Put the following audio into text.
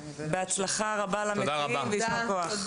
בהצלחה רבה למציעים ויישר כוח.